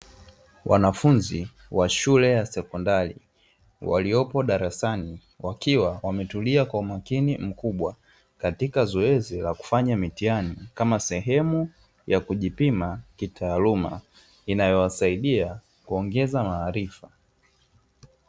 Wanafunzi wa shule ya sekondari waliopo darasani. Wakiwa wametulia kwa umakini mkubwa katika zoezi la kufanya mitihani, kama sehemu ya kujipima kitaaluma. Inayowasaidia kuongeza maarifa.